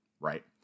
Right